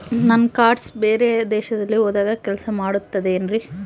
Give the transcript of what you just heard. ನನ್ನ ಕಾರ್ಡ್ಸ್ ಬೇರೆ ದೇಶದಲ್ಲಿ ಹೋದಾಗ ಕೆಲಸ ಮಾಡುತ್ತದೆ ಏನ್ರಿ?